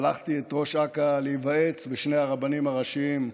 שלחתי את ראש אכ"א להיוועץ בשני הרבנים הראשיים,